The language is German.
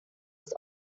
das